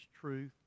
truth